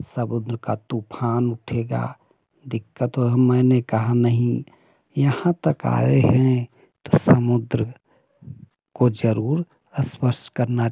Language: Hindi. समुद्र का तूफान उठेगा दिक्कत हो मैंने कहा नहीं यहाँ तक आए हैं तो समुद्र को जरूर स्पर्श करना